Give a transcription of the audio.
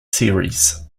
series